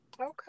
Okay